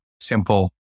simple